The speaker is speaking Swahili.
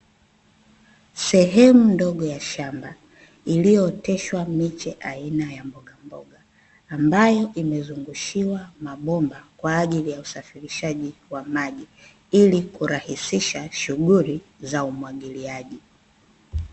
Sehemu ndogo ya shamba iliyooteshwa miche aina ya mbogamboga ambayo imezungushiwa mabomba kwa ajili ya usafirishaji wa maji, ili kurahisisha shughuli za umwagiliaji.